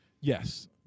Yes